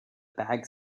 bags